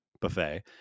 buffet